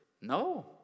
No